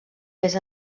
més